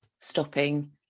stopping